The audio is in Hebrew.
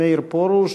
מאיר פרוש.